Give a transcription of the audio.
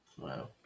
Wow